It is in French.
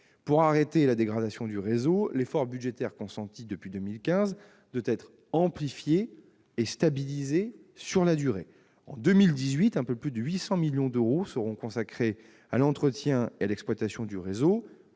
un terme à la dégradation du réseau, l'effort budgétaire consenti depuis 2015 doit être amplifié et stabilisé sur la durée. En 2018, un peu plus de 800 millions d'euros seront consacrés à l'entretien et à l'exploitation du réseau,